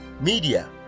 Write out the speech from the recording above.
Media